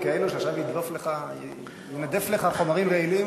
כאלה שעכשיו ינדפו לך חומרים רעילים?